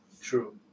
True